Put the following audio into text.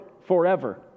forever